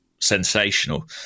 sensational